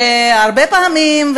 שהרבה פעמים,